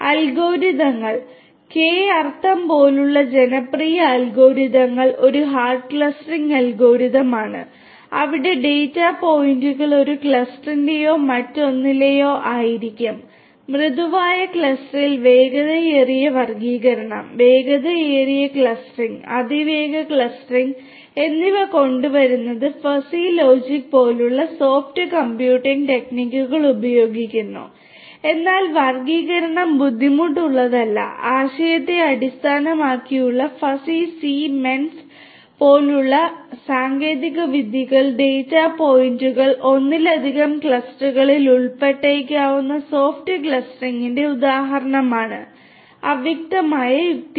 അൽഗോരിതങ്ങൾ മെൻസ് പോലുള്ള സാങ്കേതികവിദ്യകൾ ഡാറ്റാ പോയിന്റുകൾ ഒന്നിലധികം ക്ലസ്റ്ററുകളിൽ ഉൾപ്പെട്ടേക്കാവുന്ന സോഫ്റ്റ് ക്ലസ്റ്ററിംഗിന്റെ ഉദാഹരണമാണ് അവ്യക്തമായ യുക്തി